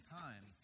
time